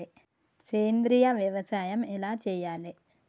సేంద్రీయ వ్యవసాయం ఎలా చెయ్యాలే?